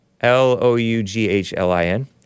L-O-U-G-H-L-I-N